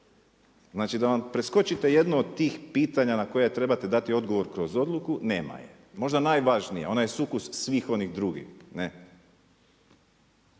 znači da preskočite jedno od tih pitanja na koja trebate dati odgovor kroz odluku nema je, možda najvažnija, ona je sukus svih onih drugih. I